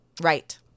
Right